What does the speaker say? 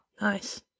Nice